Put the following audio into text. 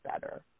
better